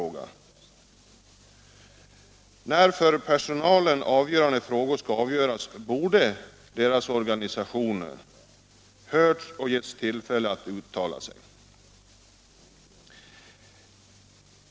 När beslut fattas i för personalen avgörande frågor bör dess organisationer ges tillfälle att yttra sig.